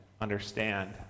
understand